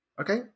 okay